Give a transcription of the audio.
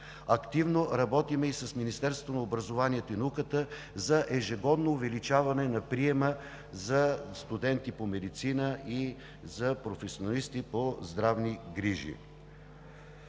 Активно работим и с Министерството на образованието и науката за ежегодно увеличаване на приема за студенти по медицина и за професионалисти по здравни грижи.